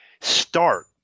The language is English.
Start